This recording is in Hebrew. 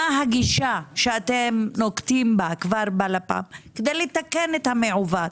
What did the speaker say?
מה הגישה שאתם נוקטים בה בלפ"ם כדי לתקן את המעוות.